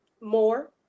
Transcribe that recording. more